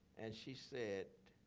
and she said,